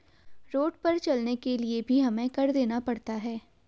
road पर चलने के लिए भी हमें कर देना पड़ता है